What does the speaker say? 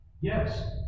Yes